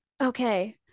Okay